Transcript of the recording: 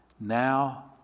Now